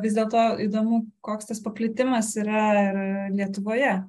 vis dėlto įdomu koks tas paplitimas yra ir lietuvoje